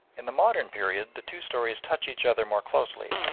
in the modern period the two stories touch each other more closely,